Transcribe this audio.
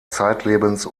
zeitlebens